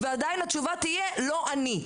ועדיין התשובה תהיה "לא אני".